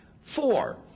Four